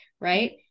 right